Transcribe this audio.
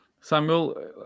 Samuel